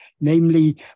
namely